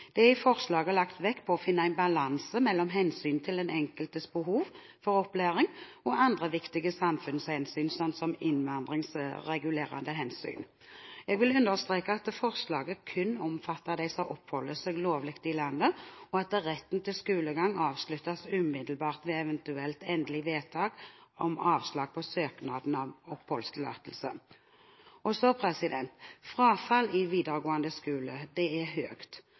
Det er i forslaget lagt vekt på å finne en balanse mellom hensynet til den enkeltes behov for opplæring og andre viktige samfunnshensyn, slik som innvandringsregulerende hensyn. Jeg vil understreke at forslaget kun omfatter dem som oppholder seg lovlig i landet, og at retten til skolegang avsluttes umiddelbart ved eventuelt endelig vedtak om avslag på søknaden om oppholdstillatelse.